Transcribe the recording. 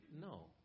No